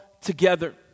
together